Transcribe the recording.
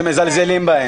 שמזלזלים בהם.